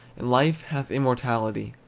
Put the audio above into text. and life hath immortality.